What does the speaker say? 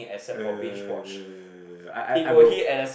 uh I I I wrote